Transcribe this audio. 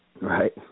right